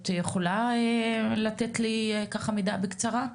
את יכולה לתת לי ככה מידע בקצרה?